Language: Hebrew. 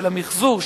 של המיחזור.